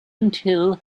until